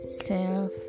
self